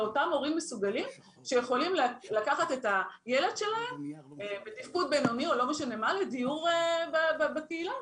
לאותם הורים מסוגלים שיכולים לקחת את הילד שלהם לדיור בקהילה,